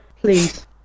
Please